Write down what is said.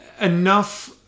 enough